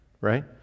right